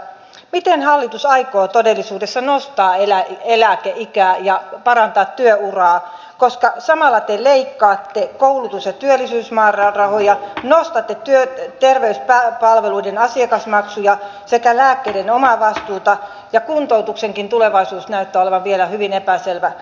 miten hallitus aikoo todellisuudessa nostaa eläkeikää ja parantaa työuraa koska samalla te leikkaatte koulutus ja työllisyysmäärärahoja nostatte terveyspalveluiden asiakasmaksuja sekä lääkkeiden omavastuuta ja kuntoutuksenkin tulevaisuus näyttää olevan vielä hyvin epäselvä